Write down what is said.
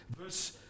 verse